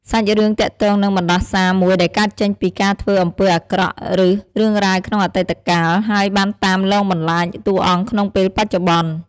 សាច់រឿងទាក់ទងនឹងបណ្ដាសាមួយដែលកើតចេញពីការធ្វើអំពើអាក្រក់ ឬរឿងរ៉ាវក្នុងអតីតកាល ហើយបានតាមលងបន្លាចតួអង្គក្នុងពេលបច្ចុប្បន្ន ។